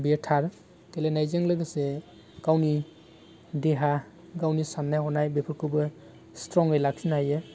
बेयो थार गेलेनायजों लोगोसे गावनि देहा गावनि सान्नाय हनाय बेफोरखौबो स्ट्रङै लाखिनो हायो